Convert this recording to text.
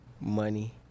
money